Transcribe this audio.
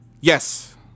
Yes